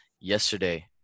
yesterday